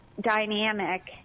dynamic